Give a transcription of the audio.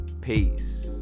Peace